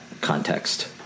context